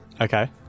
Okay